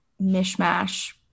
mishmash